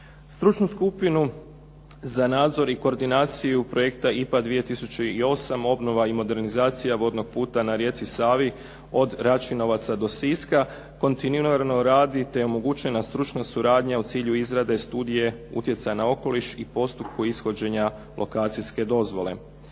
Stručnu skupinu za nadzor i koordinaciju projekta IPA 2008 obnova i modernizacija vodnog puta na rijeci Savi od Račinovaca do Siska kontinuirano radi, te je omogućena stručna suradnja u cilju izrade studije utjecaj na okoliš i postupku ishođenja lokacijske dozvole.